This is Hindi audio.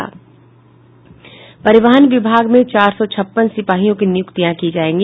परिवहन विभाग में चार सौ छप्पन सिपाहियों की निय्क्ति की जायेगी